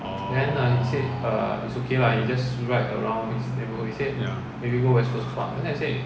orh ya